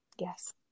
Yes